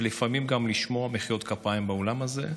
ולפעמים גם לשמוע מחיאות כפיים באולם הזה,